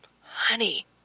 honey